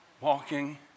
walking